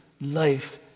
life